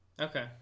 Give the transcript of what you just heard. Okay